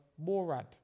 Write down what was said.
Morad